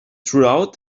throughout